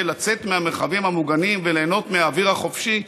לצאת מהמרחבים המוגנים וליהנות מהאוויר החופשי,